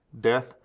death